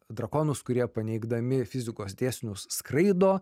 drakonus kurie paneigdami fizikos dėsnius skraido